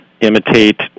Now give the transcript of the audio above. imitate